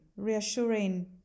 reassuring